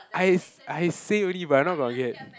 I I say already but I not gonna get